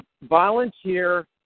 volunteer